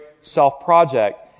self-project